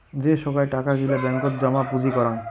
যে সোগায় টাকা গিলা ব্যাঙ্কত জমা পুঁজি করাং